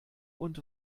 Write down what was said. und